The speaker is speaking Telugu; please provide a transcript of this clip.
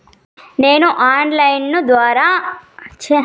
నేను ఆన్ లైను ద్వారా బండ్లు కొనడానికి అప్పుకి అర్జీ సేసుకోవచ్చా?